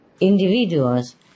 individuals